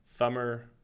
thumber